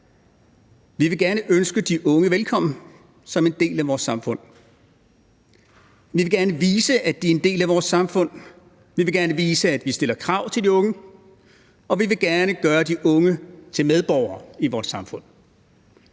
Vi vil gerne byde de unge velkommen som en del af vort samfund. Vi vil gerne vise, at de er en del af vort samfund. Vi vil gerne vise, at vi stiller krav til de unge. Og vi vil gerne gøre de unge til medborgere i vort samfund.